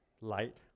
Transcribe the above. light